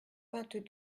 vingt